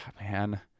man